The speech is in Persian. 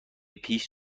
پیش